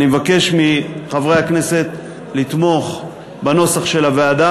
אני מבקש מחברי הכנסת לתמוך בנוסח של הוועדה